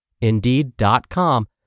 Indeed.com